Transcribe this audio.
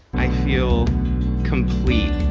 i feel complete,